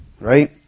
Right